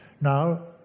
now